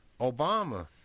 Obama